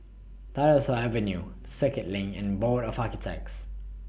Tyersall Avenue Circuit LINK and Board of Architects